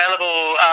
available